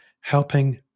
helping